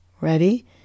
ready